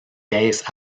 caisses